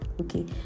okay